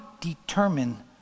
determine